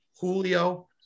Julio